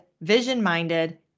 vision-minded